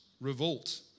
revolt